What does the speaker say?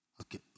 Okay